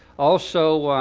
also